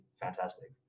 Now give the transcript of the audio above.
fantastic